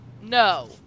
no